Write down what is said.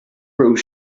raibh